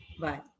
Bye